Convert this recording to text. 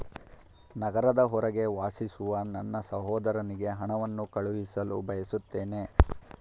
ನಗರದ ಹೊರಗೆ ವಾಸಿಸುವ ನನ್ನ ಸಹೋದರನಿಗೆ ಹಣವನ್ನು ಕಳುಹಿಸಲು ಬಯಸುತ್ತೇನೆ